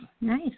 nice